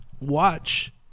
watch